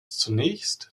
zunächst